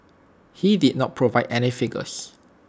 he did not provide any figures